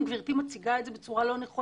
גברתי מציגה את זה בצורה לא נכונה.